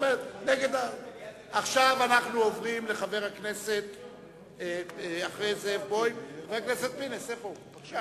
עכשיו אנחנו עוברים לחבר הכנסת פינס, בבקשה.